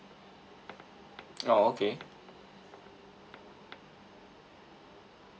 oh okay